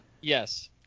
Yes